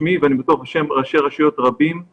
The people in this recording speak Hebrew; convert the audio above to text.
בשמי ואני בטוח שבשם ראשי רשויות רבים.